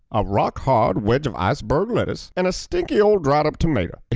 a rock hard wedge of iceberg lettuce, and a stinky old dried up tomato